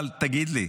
אבל תגיד לי,